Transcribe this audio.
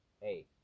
hey